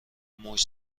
موج